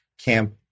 camp